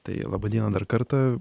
tai laba diena dar kartą